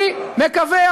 אני מקווה,